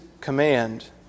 command